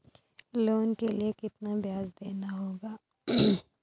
Loan के लिए कितना ब्याज देना होगा?